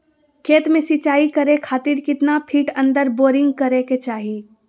खेत में सिंचाई करे खातिर कितना फिट अंदर बोरिंग करे के चाही?